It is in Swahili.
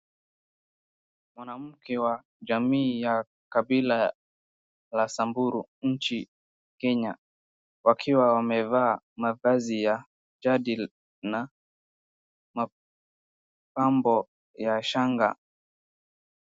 Mwanamke wa jamii ya kabila la Samburu nchi Kenya wakiwa wamevaa mavazi ya jadi na mapambo ya shanga.